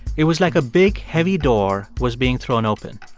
it was like a big, heavy door was being thrown open.